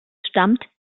stammt